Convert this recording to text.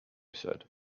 said